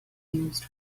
used